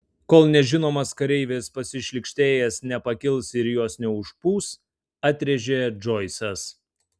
kol nežinomas kareivis pasišlykštėjęs nepakils ir jos neužpūs atrėžė džoisas